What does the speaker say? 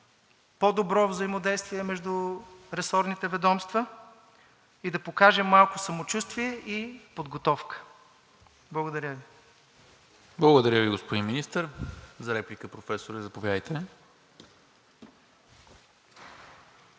по-добро взаимодействие между ресорните ведомства и да покажем малко самочувствие и подготовка. Благодаря Ви. ПРЕДСЕДАТЕЛ НИКОЛА МИНЧЕВ: Благодаря Ви, господин Министър. За реплика, Професоре – заповядайте.